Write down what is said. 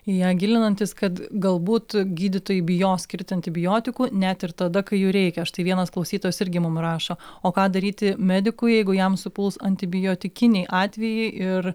į ją gilinantis kad galbūt gydytojai bijos skirti antibiotikų net ir tada kai jų reikia štai vienas klausytojas irgi mum rašo o ką daryti medikui jeigu jam supuls antibiotikiniai atvejai ir